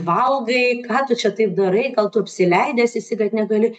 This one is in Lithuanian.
valgai ką tu čia taip darai gal tu apsileidęs esi kad negali